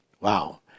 Wow